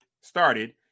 started